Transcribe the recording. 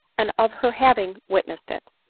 and of her having witnessed it.